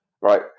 right